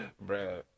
Bro